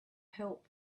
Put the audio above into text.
help